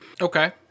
Okay